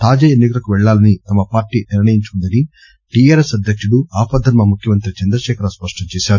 తాజా ఎన్ని కలకు పెళ్లాలని తమ పార్టీ నిర్ణయించుకుందని టీఆర్ఎస్ అధ్యకుడు ఆపద్ధర్మ ముఖ్యమంత్రి చంద్రశేఖరరావు స్పష్టం చేశారు